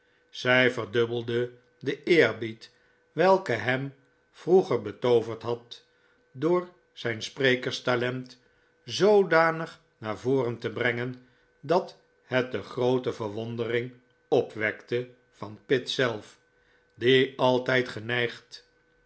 zij verdubbelde den eerbied welke hem vroeger betooverd had door zijn sprekerstalent zoodanig naar voren te brengen dat het de groote verwondering opwekte van pitt zelf die altijd geneigd